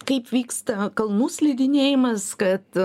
kaip vyksta kalnų slidinėjimas kad